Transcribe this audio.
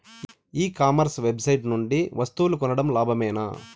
ఈ commerce website నుండి వస్తువులు కొనడం లాభమేనా?